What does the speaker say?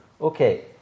Okay